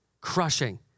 crushing